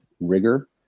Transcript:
rigor